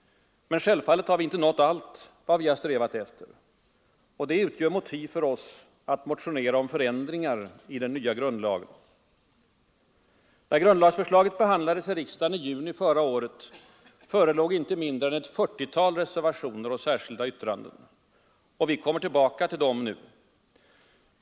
Men självfallet har vi inte nått allt vad vi har strävat efter, och detta utgör motiv för oss att motionera om förändringar i den nya grundlagen. När grundlagsförslaget behandlades i riksdagen i juni förra året, förelåg inte mindre än ett fyrtiotal reservationer och särskilda yttranden. Vi kommer nu tillbaka med dessa krav.